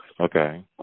Okay